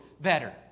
better